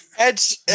Edge